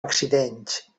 accidents